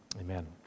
Amen